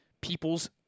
people's